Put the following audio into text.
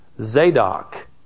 Zadok